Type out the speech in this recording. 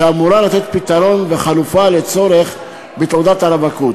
שאמורה לתת פתרון וחלופה לצורך בתעודת הרווקות.